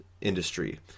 industry